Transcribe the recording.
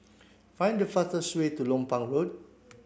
find the fastest way to Lompang Road